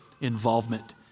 involvement